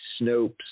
Snopes